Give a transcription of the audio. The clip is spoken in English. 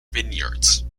vineyards